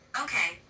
Okay